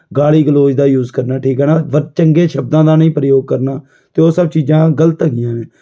ਗਾਲੀ ਗਲੋਚ ਦਾ ਯੂਸ ਕਰਨਾ ਠੀਕ ਆ ਨਾ ਚੰਗੇ ਸ਼ਬਦਾਂ ਦਾ ਨਹੀਂ ਪ੍ਰਯੋਗ ਕਰਨਾ ਅਤੇ ਉਹ ਸਭ ਚੀਜ਼ਾਂ ਗਲਤ ਹੈਗੀਆਂ ਨੇ